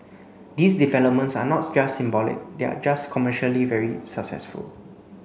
these developments are not just symbolic they are just commercially very successful